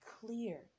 clear